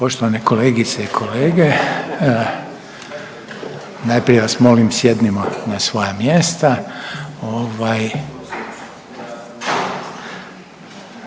Poštovane kolegice i kolege, najprije vas molim sjednimo na svoja mjesta.